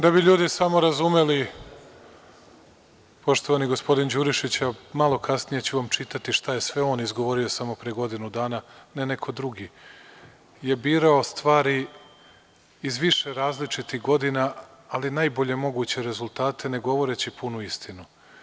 Da bi ljudi samo razumeli, poštovani gospodin Đurišić, evo malo kasnije ću vam čitati šta je sve on izgovorio samo pre godinu dana, ne neko drugi, je birao stvari iz više različitih godina, ali najbolje moguće rezultate, ne govoreći punu istinu.